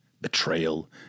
betrayal